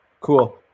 Cool